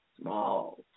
small